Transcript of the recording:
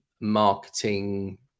marketing